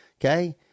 Okay